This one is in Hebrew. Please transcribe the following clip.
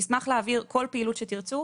נשמח להעביר כל פעילות שתרצו.